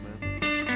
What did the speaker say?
man